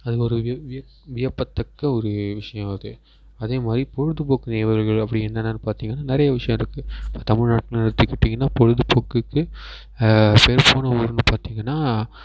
அதுக்கு ஒரு விய விய வியப்பத்தக்க ஒரு விஷயம் அது அதேமாதிரி பொழுதுபோக்கு நிகழ்வுகள் அப்படி என்ன என்னெனு பார்த்தீங்கனா நிறைய விஷயம் இருக்குது இப்போ தமிழ்நாட்டில்னு எடுத்துகிட்டிங்கனால் பொழுதுபோக்குக்கு பேர்போன ஒரு ஊர்னு பார்த்தீங்கனா